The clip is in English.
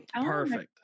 Perfect